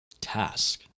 task